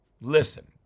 listen